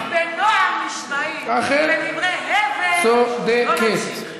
דברי חכמים בנועם נשמעים, ודברי הבל, לא נמשיך.